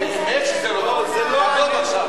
זה לא מתאים לך.